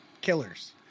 killers